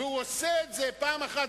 והוא עושה את זה פעם אחת,